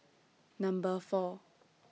Number four